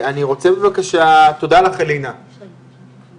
אני רוצה בבקשה, תודה לך אלינה, כן,